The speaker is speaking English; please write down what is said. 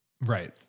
Right